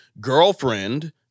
girlfriend